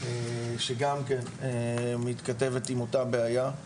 שגם כן מתכתבת עם אותה בעיה.